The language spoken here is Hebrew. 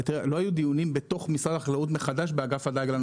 לא היו דיונים בתוך משרד החקלאות מחדש באגף הדיג.